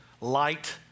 light